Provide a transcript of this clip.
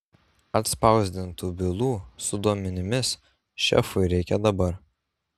atspausdintų bylų su duomenimis šefui reikia dabar